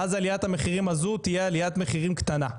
ואז עליית המחירים הנוכחית עוד תיחשב עליית מחירים קטנה.